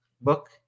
book